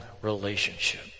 relationship